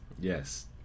Yes